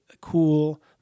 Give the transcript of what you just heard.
cool